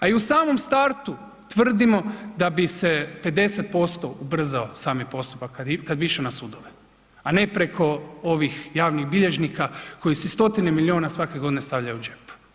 A i u samom startu tvrdimo da bi se 50% ubrzao sami postupak kada bi išao na sudove, a ne preko ovih javnih bilježnika koji si stotine milijuna svake godine stavljaju u džep.